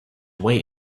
wait